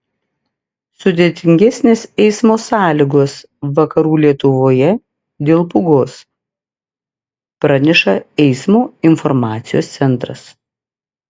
sudėtingesnės eismo sąlygos vakarų lietuvoje dėl pūgos praneša eismo informacijos centras